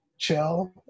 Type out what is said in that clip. Chill